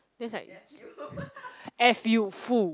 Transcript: that's like F U fu